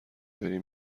بری